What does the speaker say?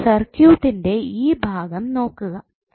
ഇനി സർക്യൂട്ടിന്റെ ഈ ഭാഗം നോക്കുക